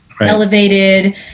elevated